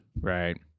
Right